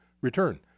return